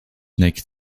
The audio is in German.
neckt